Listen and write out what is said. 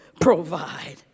provide